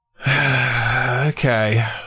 Okay